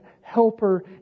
helper